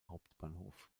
hauptbahnhof